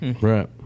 right